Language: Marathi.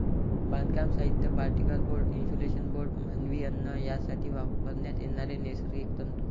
बांधकाम साहित्य, पार्टिकल बोर्ड, इन्सुलेशन बोर्ड, मानवी अन्न यासाठी वापरण्यात येणारे नैसर्गिक तंतू